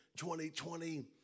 2020